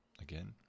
again